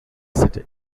city